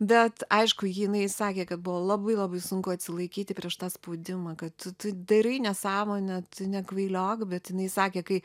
bet aišku jinai sakė kad buvo labai labai sunku atsilaikyti prieš tą spaudimą kad tu tu darai nesąmonę nekvailiok bet jinai sakė kai